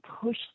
push